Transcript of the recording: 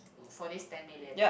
for this ten million